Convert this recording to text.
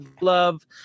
love